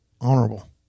honorable